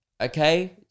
Okay